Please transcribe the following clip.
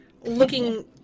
Looking